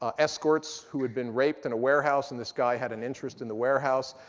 ah escorts who had been raped in a warehouse and this guy had an interest in the warehouse.